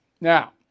Now